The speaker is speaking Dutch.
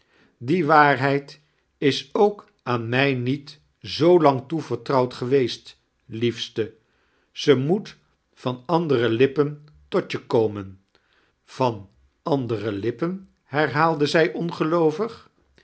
die waarheid is ook aan mij niet zoo lang toevetrtrouwd geweesti liefste ze meet van andare lippen tot je komen van andere lippen herhaalde zij ongeloovig